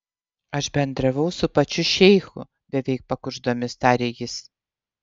aš bendravau su pačiu šeichu beveik pakuždomis tarė jis